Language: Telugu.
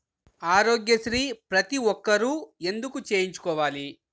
ఆరోగ్యశ్రీ ప్రతి ఒక్కరూ ఎందుకు చేయించుకోవాలి?